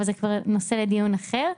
אבל זה נושא לדיון אחר,